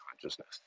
consciousness